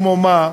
כמו מה,